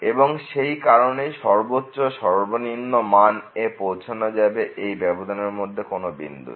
এবং সেই কারণেই সর্বোচ্চ ও সর্বনিম্ন মান এ পৌঁছানো যাবে এই ব্যবধান এর মধ্যে কোন বিন্দুতে